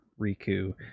Riku